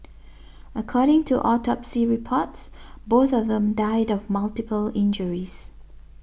according to autopsy reports both of them died of multiple injuries